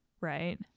right